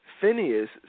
Phineas